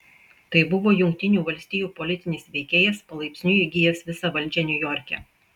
tai buvo jungtinių valstijų politinis veikėjas palaipsniui įgijęs visą valdžią niujorke